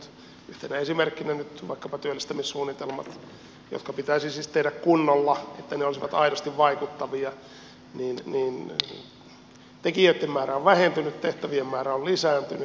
yhtenä esimerkkinä otan nyt vaikkapa työllistämissuunnitelmat jotka pitäisi siis tehdä kunnolla että ne olisivat aidosti vaikuttavia ja tekijöitten määrä on vähentynyt tehtävien määrä on lisääntynyt